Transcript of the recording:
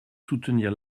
soutenir